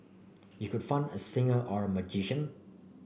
you could fund a singer or a magician